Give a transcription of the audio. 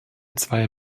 zweier